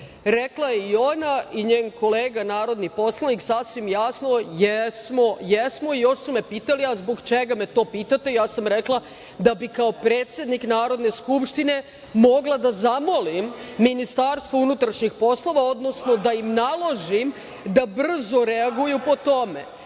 Rekla je i ona i njen kolega narodni poslanik sasvim jasno - jesmo, jesmo, i još su me pitali - a zbog čega me to pitate? Ja sam rekla - da bih kao predsednik Narodne skupštine mogla da zamolim Ministarstvo unutrašnjih poslova, odnosno da im naložim da brzo reaguju po tome.